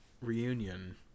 reunion